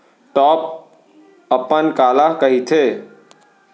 Top अपन काला कहिथे?